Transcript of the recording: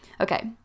Okay